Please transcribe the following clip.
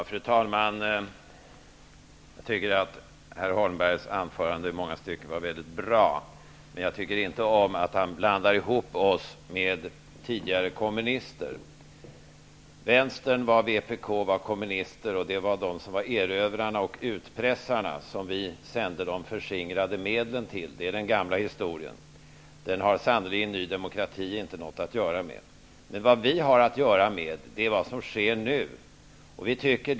Fru talman! Jag tycker att herr Holmbergs anförande i många stycken var mycket bra. Men jag tycker inte om att han blandar ihop oss med tidigare kommunister. Vänsterpartiet, tidigare vpk, var kommunister. Det var de som var erövrarna och utpressarna till vilka vi sände de förskingrade medlen. Det är den gamla historien, och den har sannerligen inte Ny demokrati något att göra med. Vad vi har att göra med är vad som sker nu.